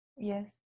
Yes